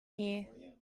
here